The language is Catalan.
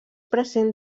present